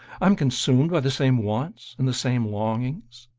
i'm consumed by the same wants and the same longings.